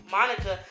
Monica